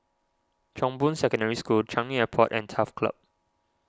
Chong Boon Secondary School Changi Airport and Turf Club